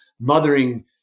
mothering